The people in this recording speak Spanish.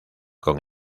con